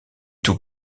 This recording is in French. tout